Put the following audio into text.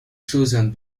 southern